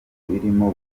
birimo